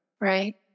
Right